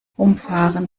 umfahren